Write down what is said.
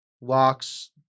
Locks